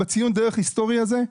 בציון הדרך ההיסטורי הזה,